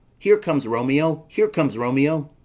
here comes romeo! here comes romeo!